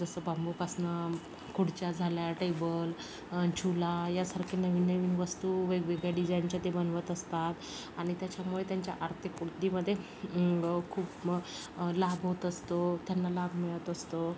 जसं बांबूपासून खुर्च्या झाल्या टेबल झूला यासारखे नवीन नवीन वस्तू वेगवेगळ्या डिझाईनच्या ते बनवत असतात आणि त्याच्यामुळे त्यांच्या आर्थिक वृद्धीमध्ये ग खूप म लाभ होत असतो त्यांना लाभ मिळत असतो